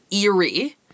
eerie